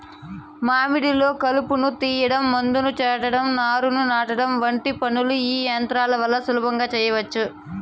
మడిలో కలుపును తీయడం, మందును చల్లటం, నారును నాటడం వంటి పనులను ఈ యంత్రాల వల్ల సులభంగా చేయచ్చు